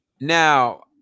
Now